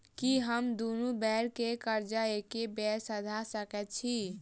की हम दुनू बेर केँ कर्जा एके बेर सधा सकैत छी?